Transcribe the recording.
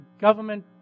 government